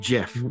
Jeff